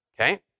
Okay